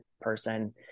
person